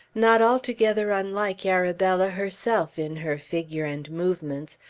not altogether unlike arabella herself in her figure and movements,